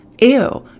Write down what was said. Ew